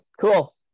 cool